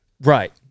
Right